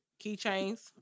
Keychains